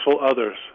others